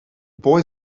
boy